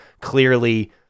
clearly